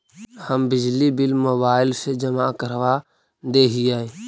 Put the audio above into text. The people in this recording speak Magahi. हम बिजली बिल मोबाईल से जमा करवा देहियै?